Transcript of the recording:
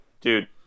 Dude